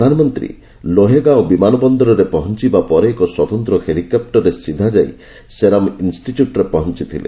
ପ୍ରଧାନମନ୍ତ୍ରୀ ଲୋହେଗାଓଁ ବିମାନ ବନ୍ଦରରେ ପହଞ୍ଚିବା ପରେ ଏକ ସ୍ୱତନ୍ତ୍ର ହେଲିକପୂରରେ ସିଧା ଯାଇ ସେରମ ଇନ୍ଷ୍ଟିଚ୍ୟୁଟ୍ରେ ପହଞ୍ଚିଥିଲେ